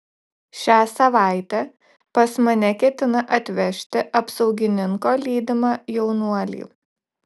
šią savaitę pas mane ketina atvežti apsaugininko lydimą jaunuolį